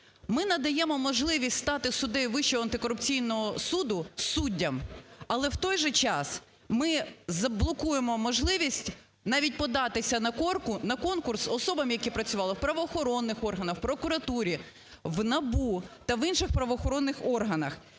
Ми надаємо можливість стати суддею Вищого антикорупційного суду суддям, але в той же час ми блокуємо можливість навіть податися на конкурс особам, які працювали в правоохоронних органах, у прокуратурі, в НАБУ та інших правоохоронних органах.